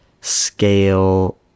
scale